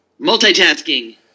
Multitasking